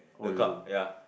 the club ya